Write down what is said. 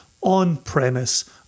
On-premise